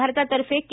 भारतातर्फे के